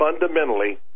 fundamentally